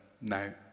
now